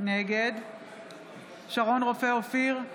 נגד שרון רופא אופיר,